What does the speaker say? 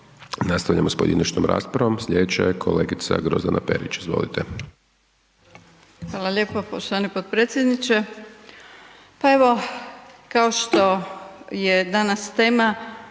Nastavljamo sa pojedinačnom raspravom, slijedeća je kolegica Grozdana Perić. **Perić, Grozdana (HDZ)** Hvala lijepo poštovani potpredsjedniče. Pa evo, kao što je danas tema,